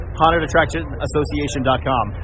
hauntedattractionassociation.com